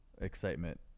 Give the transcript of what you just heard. excitement